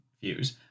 views